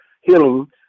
healing